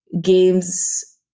games